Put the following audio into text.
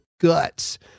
guts